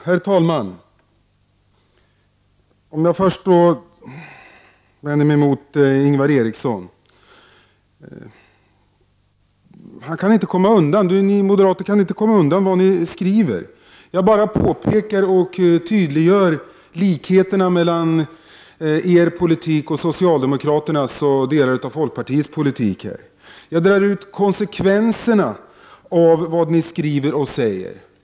Herr talman! Jag vänder mig först till Ingvar Eriksson. Ni moderater kan inte komma undan vad ni skriver. Jag bara påtalar och tydliggör likheterna mellan er politik och socialdemokraternas och delar av folkpartiets politik. Jag drar ut konsekvenserna av vad ni skriver och säger.